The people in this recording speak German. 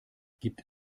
gibt